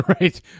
Right